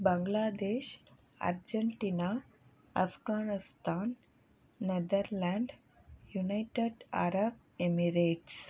Bangladesh Argentina Afghanistan Netherland United Arab Emirates